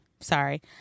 sorry